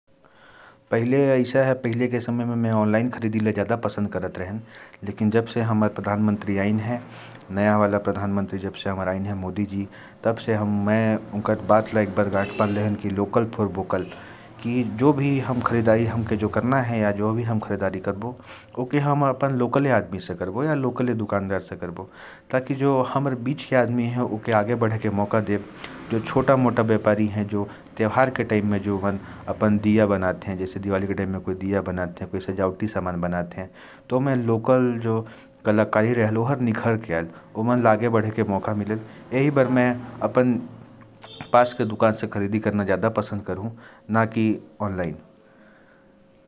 पहले के समय में, मैं ऑनलाइन खरीदारी करना ज्यादा पसंद करता था। लेकिन जब से प्रधानमंत्री मोदी जी आए हैं और "लोकल फॉर वोकल" जो उन्होंने कहा, उसे ध्यान में रखते हुए, अब मैं लोकल आदमी से खरीदारी करता हूँ। लोकल खरीदारी करने से यह फायदा होता है कि लोकल लोगों की कला को भी बाजार में जगह मिल जाती है।